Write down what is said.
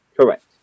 Correct